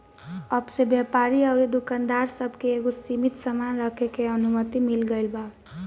अब से व्यापारी अउरी दुकानदार सब के एगो सीमित सामान रखे के अनुमति मिल गईल बावे